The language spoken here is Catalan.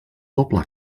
doble